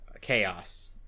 chaos